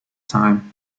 time